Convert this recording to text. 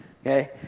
okay